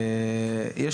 חבר מועצת בית שמש.